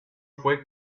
fue